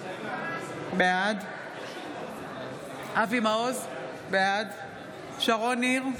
בעד אבי מעוז, בעד שרון ניר,